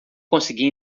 conseguia